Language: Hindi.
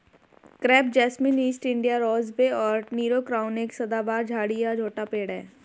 crepe jasmine, East India rosebay और नीरो क्राउन एक सदाबहार झाड़ी या छोटा पेड़ है